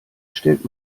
stellt